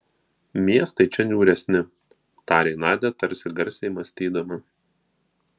miestai čia niūresni tarė nadia tarsi garsiai mąstydama